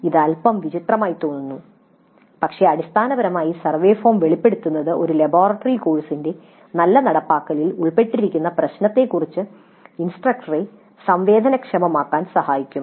ഇത് അൽപ്പം വിചിത്രമായി തോന്നുന്നു പക്ഷേ അടിസ്ഥാനപരമായി സർവേ ഫോം വെളിപ്പെടുത്തുന്നത് ഒരു ലബോറട്ടറി കോഴ്സിന്റെ നല്ല നടപ്പാക്കലിൽ ഉൾപ്പെട്ടിരിക്കുന്ന പ്രശ്നങ്ങളെക്കുറിച്ച് ഇൻസ്ട്രക്ടറെ സംവേദനക്ഷമമാക്കാൻ സഹായിക്കും